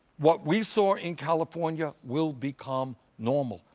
what we saw in california will become normal.